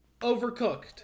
Overcooked